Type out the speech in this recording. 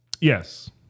Yes